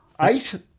Eight